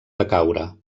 decaure